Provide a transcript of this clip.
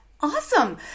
Awesome